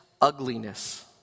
ugliness